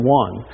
one